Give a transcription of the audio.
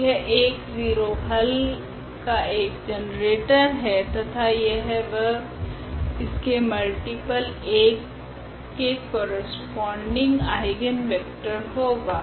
तो यह 10 हल का एक जनरेटर है तथा यह व इसके मल्टिपल 1 के करस्पोंडिंग आइगनवेक्टर होगा